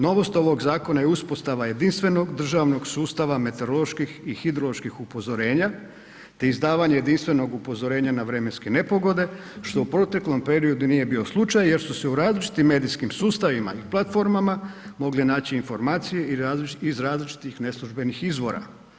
Novost ovog zakon je uspostava jedinstvenog državnog sustava meteoroloških i hidroloških upozorenja te izdavanje jedinstvenog upozorenja na vremenske nepogode što u proteklom periodu nije bio slučaj jer su se u različitim medijskim sustavima i platformama mogle naći informacije iz različitih neslužbenih izvora.